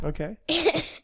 Okay